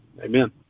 Amen